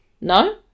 No